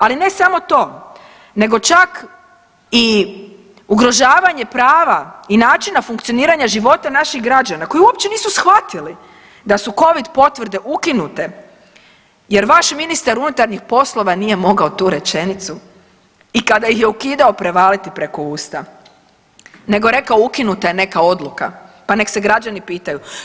Ali ne samo to, nego čak i ugrožavanje prava i načina funkcioniranja života naših građana koji uopće nisu shvatili da su covid potvrde ukinute jer vaš ministar unutarnjih poslova nije mogao tu rečenicu i kada ih je ukidao prevaliti preko usta, nego je rekao ukinuta je neka odluka, pa nek' se građani pitaju.